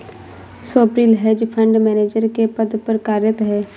Swapnil hedge fund manager के पद पर कार्यरत है